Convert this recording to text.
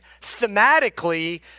thematically